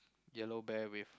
yellow bear with